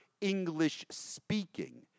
English-speaking